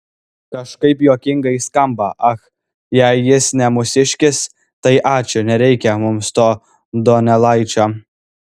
kažkaip juokingai skamba ach jei jis ne mūsiškis tai ačiū nereikia mums to donelaičio